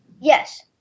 Yes